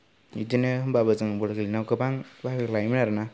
बिदिनो होम्बाबो जों बल गेलेनायाव गोबां बाहागो लायोमोन आरोना